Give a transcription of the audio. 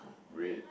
red